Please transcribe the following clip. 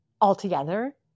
altogether